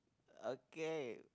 okay